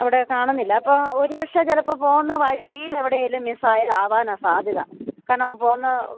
അവിടെ കാണുന്നില്ല അപ്പോൾ ഒരു പക്ഷെ ചിലപ്പോൾ പോകുന്ന വഴിയിൽ എവിടെയേലും മിസ്സായതാകാന്നാണ് സാധ്യത കാരണം പോകുന്ന